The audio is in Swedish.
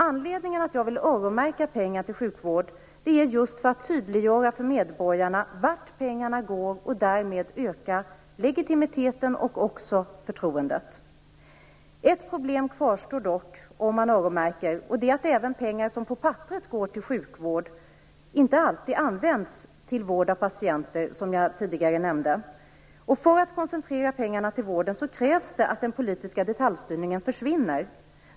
Anledningen till att jag vill öronmärka pengar till sjukvård är just att tydliggöra för medborgarna vart pengarna går, och därmed öka legitimiteten och även förtroendet. Ett problem kvarstår dock om man öronmärker pengar - att även pengar som på papperet går till sjukvård som jag tidigare nämnde inte alltid används till vård av patienter. För att koncentrera pengarna till vården krävs att den politiska detaljstyrningen försvinner.